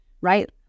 right